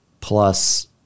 plus